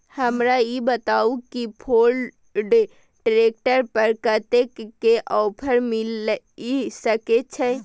हमरा ई बताउ कि फोर्ड ट्रैक्टर पर कतेक के ऑफर मिलय सके छै?